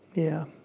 yeah!